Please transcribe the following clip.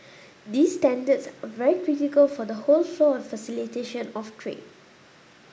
these standards are very critical for the whole flow and facilitation of trade